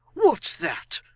what's that?